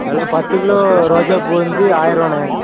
வில பத்துக் கிலோ ரோஜாப்பூ வந்து ஆயிரவாணே